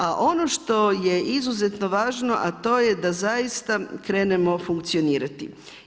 A ono što je izuzetno važno, a to je da zaista krenemo funkcionirati.